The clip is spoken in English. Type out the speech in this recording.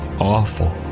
awful